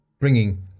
bringing